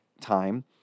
time